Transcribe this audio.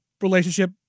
relationship